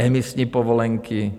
Emisní povolenky?